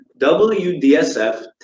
WDSF